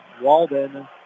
Walden